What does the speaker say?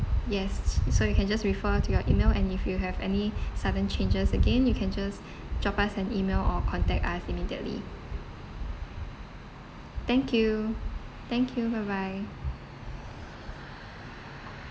yes s~ so you can just refer to your email and if you have any sudden changes again you can just drop us an email or contact us immediately thank you thank you bye bye